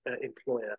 employer